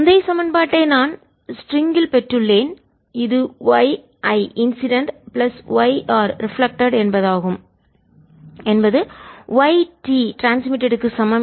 முந்தைய சமன்பாட்டை நான் ஸ்ட்ரிங்கில் லேசான கயிறு பெற்றுள்ளேன் இது yI incident plus y R reflected என்பது y T ட்ரான்ஸ்மிட்டட் க்கு சமம்